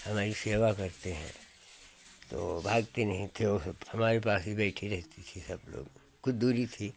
और भई सेवा करते हैं तो भाग के नहीं वो हमारे पास ही बैठी रहती थी सब लोग कुछ दूरी थी